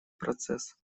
процесс